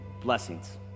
blessings